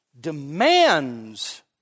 demands